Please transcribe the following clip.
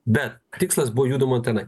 bet tikslas buvo judama tenai